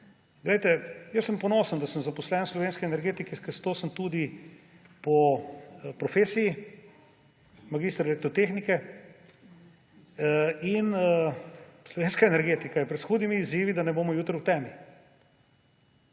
Jaz sem ponosen, da sem zaposlen v slovenski energetiki, ker to sem tudi po profesiji – magister elektrotehnike. Slovenska energetika je pred hudimi izzivi, da ne bomo jutri v temi,